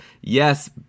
Yes